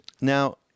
Now